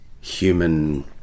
human